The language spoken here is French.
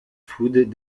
foods